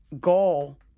goal